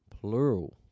plural